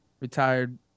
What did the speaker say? retired